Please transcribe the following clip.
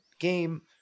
Game